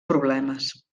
problemes